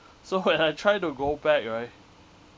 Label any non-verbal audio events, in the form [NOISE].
so [LAUGHS] when I try to go back right